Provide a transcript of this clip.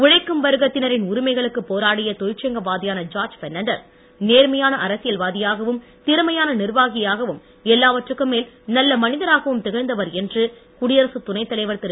உழைக்கும் வர்க்கத்தினரின் உரிமைகளுக்கு போராடிய தொழிற்சங்க வாதியான ஜார்ஜ் பெர்னான்டஸ் நேர்மையான அரசியல்வாதியாகவும் திறமையான நிர்வாகியாகவும் எல்வாவற்றுக்கும் மேல் நல்ல மனிதராகவும் திகழ்ந்தவர் என்று குடியரசுத் துணைத்தலைவர் திரு